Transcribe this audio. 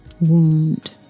wound